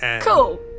Cool